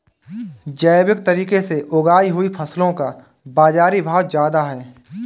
जैविक तरीके से उगाई हुई फसलों का बाज़ारी भाव ज़्यादा है